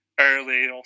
Early